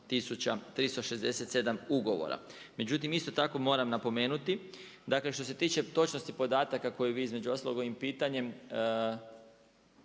58367 ugovora. Međutim, isto tako moram napomenuti, dakle što se tiče točnosti podataka koji vi između ostalog ovim pitanjem